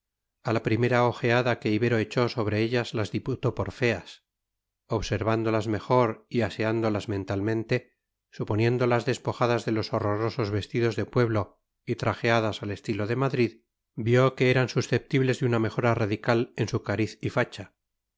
a la primera ojeada que ibero echó sobre ellas las diputó por feas observándolas mejor y aseándolas mentalmente suponiéndolas despojadas de los horrorosos vestidos de pueblo y trajeadas a estilo de madrid vio que eran susceptibles de una mejora radical en su cariz y facha en